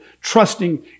trusting